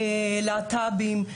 להט"בים,